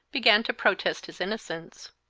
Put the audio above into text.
began to protest his innocence.